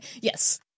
Yes